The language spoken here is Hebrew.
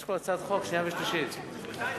מתי זה יוקפא?